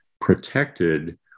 protected